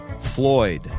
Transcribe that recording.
Floyd